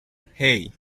hey